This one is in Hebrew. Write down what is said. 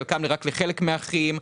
חלקם רק לחלק מהאחים,